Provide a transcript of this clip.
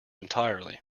entirely